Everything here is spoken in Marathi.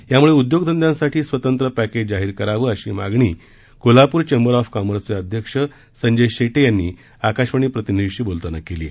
यामुळे उद्योगधंद्यांसाठी स्वतंत्र पॅकेज जाहीर करावं अशी मागणी कोल्हापूर चेंबर ऑफ कॉमर्सचे अध्यक्ष संजय शेटे यांनी आकाशवाणी प्रतिनिधीशी बोलताना केली आहे